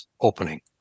opening